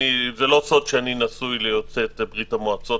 זה לא סוד שאני נשוי ליוצאת ברית המועצות